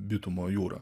bitumo jūrą